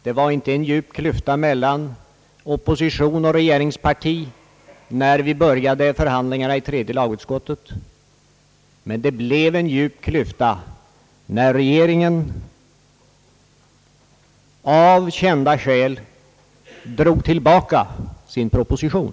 Det var inte en djup klyfta mellan opposition och regeringsparti när vi började förhandlingarna i tredje lagutskottet, men det blev verkligen en djup klyfta när regeringen av kända skäl återkallade sin proposition.